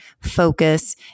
focus